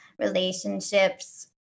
relationships